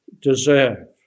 deserve